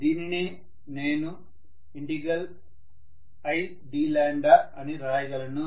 దీనినే నేను id అని రాయగలను